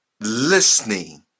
listening